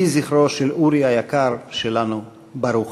יהי זכרו של אורי היקר שלנו ברוך.